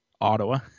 Ottawa